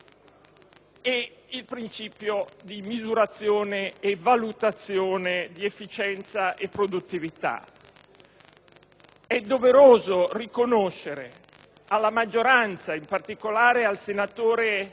e il principio di misurazione e valutazione di efficienza e produttività. È doveroso riconoscere alla maggioranza, in particolare al relatore